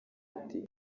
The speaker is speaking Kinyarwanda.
ati